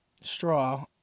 straw